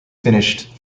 finished